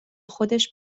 خودش